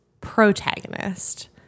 protagonist